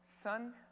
Son